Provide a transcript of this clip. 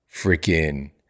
freaking